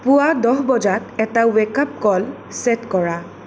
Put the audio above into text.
পুুৱা দহ বজাত এটা ৱে'ক আপ কল ছে'ট কৰা